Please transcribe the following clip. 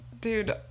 dude